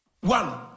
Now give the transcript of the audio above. One